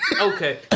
Okay